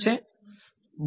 વિદ્યાર્થી